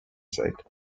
site